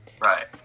Right